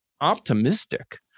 optimistic